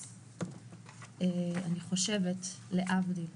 אז אני חושבת להבדיל,